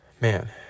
Man